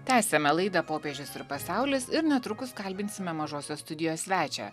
tęsiame laidą popiežius ir pasaulis ir netrukus kalbinsime mažosios studijos svečią